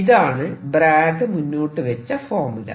ഇതാണ് ബ്രാഗ്ഗ് മുന്നോട്ടു വെച്ച ഫോർമുല